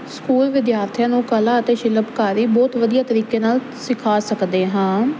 school ਵਿਦਿਆਰਥੀਆਂ ਨੂੰ ਕਲਾ ਅਤੇ ਸ਼ਿਲਪਕਾਰੀ ਬਹੁਤ ਵਧੀਆ ਤਰੀਕੇ ਨਾਲ ਸਿਖਾ ਸਕਦੇ ਹਾਂ